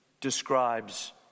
describes